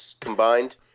combined